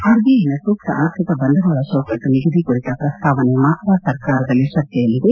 ಆರ್ಬಿಐನ ಸೂಕ್ತ ಆರ್ಥಿಕ ಬಂಡವಾಳ ಚೌಕಟ್ಟು ನಿಗದಿ ಕುರಿತ ಪ್ರಸ್ತಾವನೆ ಮಾತ್ರ ಸರ್ಕಾರದಲ್ಲಿ ಚರ್ಚೆಯಲ್ಲಿದೆ